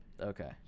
Okay